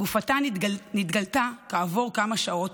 גופתה נתגלתה כעבור כמה שעות